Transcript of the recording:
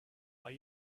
are